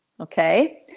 okay